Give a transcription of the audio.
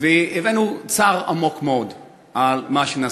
והבענו צער עמוק מאוד על מה שנעשה.